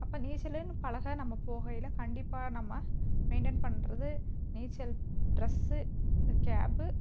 அப்போ நீச்சலுன்னு பழக நம்ம போகையில் கண்டிப்பாக நம்ம மெயிண்டன் பண்றது நீச்சல் ட்ரஸ்ஸு கேபு